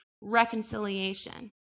reconciliation